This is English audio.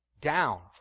down